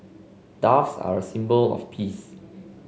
doves are a symbol of peace